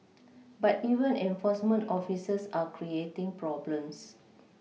but even enforcement officers are creating problems